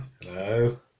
Hello